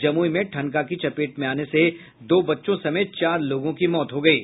जमुई में ठनका की चपेट में आने दो बच्चों समेत चार लोगों की मौत हो गयी